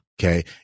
Okay